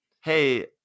hey